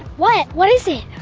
what? what is it?